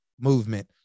Movement